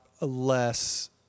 less